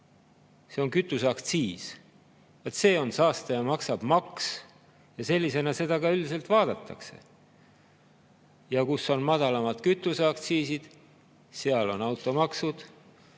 See on kütuseaktsiis, vot see on saastaja-maksab-maks ja sellisena seda ka üldiselt vaadatakse. Kus on madalamad kütuseaktsiisid, seal on automaksud,